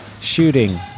Shooting